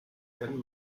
werden